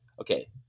okay